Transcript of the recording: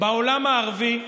בעולם הערבי,